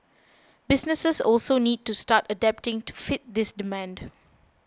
businesses also need to start adapting to fit this demand